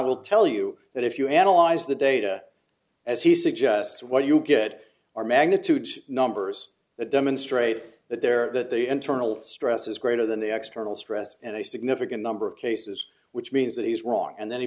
will tell you that if you analyze the data as he suggests what you get are magnitudes numbers that demonstrate that there that the internal stress is greater than the external stress and a significant number of cases which means that he is wrong and then he